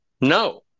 No